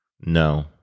No